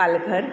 Palghar